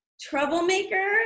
troublemaker